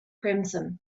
crimson